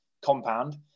compound